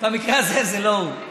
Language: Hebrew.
במקרה הזה זה לא הוא.